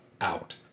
out